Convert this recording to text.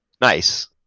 nice